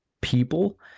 people